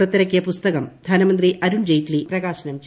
പുറത്തിറക്കിയ പുസ്തകം ധനമന്ത്രി അരുൺ ജെയ്റ്റ്ലി പ്രകാശനം ചെയ്തു